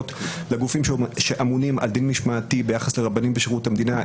לגופים שאמונים על דין משמעתי ביחס לרבנים בשירות המדינה,